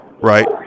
right